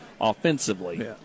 offensively